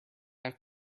have